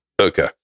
okay